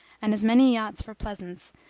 and as many yachts for pleasance,